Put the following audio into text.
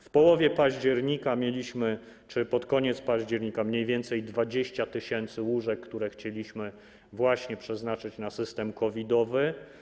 W połowie października czy pod koniec października mieliśmy mniej więcej 20 tys. łóżek, które chcieliśmy właśnie przeznaczyć na system COVID-owy.